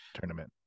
tournament